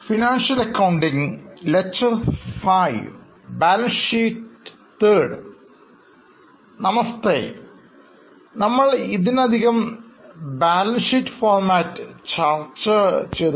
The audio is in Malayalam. നമസ്തേനമ്മൾഇതിനകംബാലൻസ്ഷീറ്റ്ഫോമറ്ചർച്ചചെയ്തു